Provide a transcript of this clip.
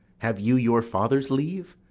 have you your father's leave?